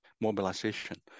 mobilization